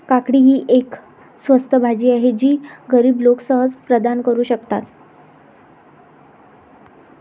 काकडी ही एक स्वस्त भाजी आहे जी गरीब लोक सहज प्रदान करू शकतात